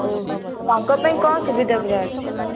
ଓହୋ ତାଙ୍କ ପାଇଁ କ'ଣ ସୁବିଧା ଦିଆ ଅଛି